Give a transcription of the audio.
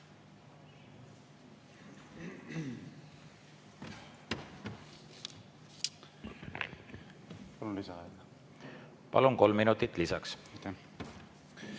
Palun, kolm minutit lisaks!